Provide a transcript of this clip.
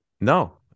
No